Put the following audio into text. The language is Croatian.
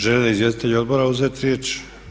Žele li izvjestitelji odbora uzeti riječ?